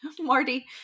Marty